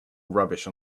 rubbish